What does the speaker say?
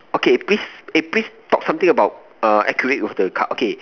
okay please eh please talk something about a accurate of the card okay